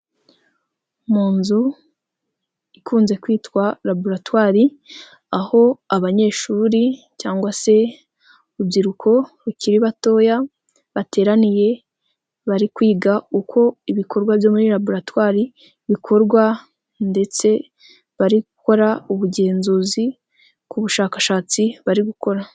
Mu nzu ikunze kwitwa laboratwari, aho abanyeshuri cyangwa se urubyiruko rukiri batoya bateraniye, bari kwiga uko ibikorwa byo muri laboratwari bikorwa ndetse barikora ubugenzuzi ku bushakashatsi bari gukora.